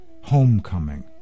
homecoming